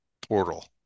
portal